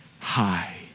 high